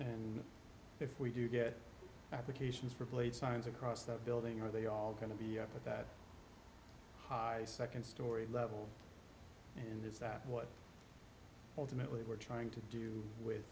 and if we do get applications for plates signs across the building are they all going to be up at that high second story level and is that what ultimately we're trying to do with